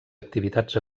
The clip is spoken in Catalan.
activitats